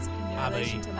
Abby